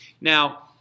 now